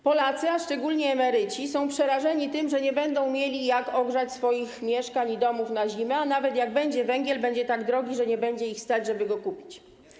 Polacy, a szczególnie emeryci, są przerażeni tym, że nie będą mieli jak ogrzać swoich mieszkań i domów na zimę, a nawet jak będzie węgiel, będzie tak drogi, że nie będzie ich stać, żeby go kupić.